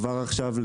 כבר עכשיו,